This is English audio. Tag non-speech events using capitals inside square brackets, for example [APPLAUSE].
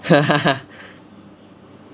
[LAUGHS]